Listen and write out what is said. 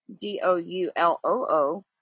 D-O-U-L-O-O